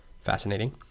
Fascinating